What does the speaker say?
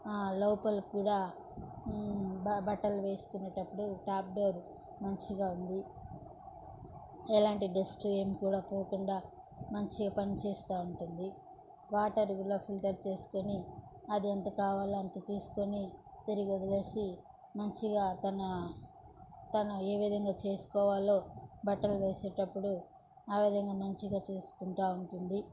లోపల కూడా బ బట్టలు వేసుకునేటప్పుడు టాప్ డోర్ మంచిగా ఉంది ఎలాంటి డస్టు ఏమి కూడా పోకుండా మంచిగా పని చేస్తా ఉంటుంది వాటర్ ఇలా ఫిల్టర్ చేసుకొని అది ఎంత కావాలంటే తీసుకొని తిరిగి వదిలేసి మంచిగా తన తను ఏవిధంగా చేసుకోవాలో బట్టలు వేసేటప్పుడు ఆ విధంగా మంచిగా చూసుకుంటా ఉంటుంది